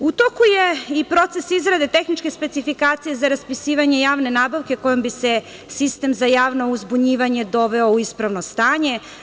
U toku je i proces izrade tehničke specifikacije za raspisivanje javne nabavke kojom bi se sistem za javna uzbunjivanja doveo u ispravno stanje.